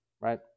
right